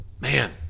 Man